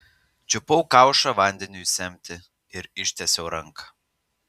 čiupau kaušą vandeniui semti ir ištiesiau ranką